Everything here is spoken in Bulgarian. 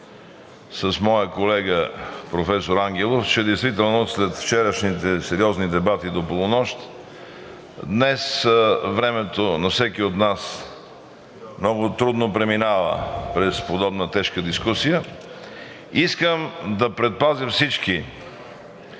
с моя колега професор Ангелов, че действително след вчерашните сериозни дебати до полунощ днес времето на всеки от нас много трудно преминава през подобна тежка дискусия. Искам да предпазя всички